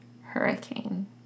Hurricane